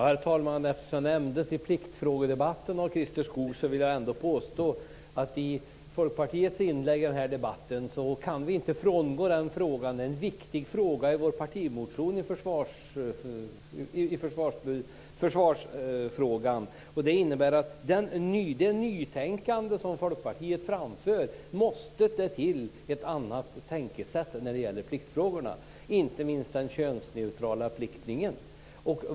Herr talman! Eftersom pliktfrågan nämndes av Christer Skoog, vill jag säga att vi i Folkpartiets inlägg i den här debatten inte kan gå förbi den frågan. Det är en viktig fråga i vår partimotion på försvarsområdet. I det nytänkande som Folkpartiet står för måste det till ett annat sätt att tänka i pliktfrågorna, inte minst vad gäller den könsneutrala plikttjänstgöringssystemet.